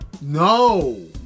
No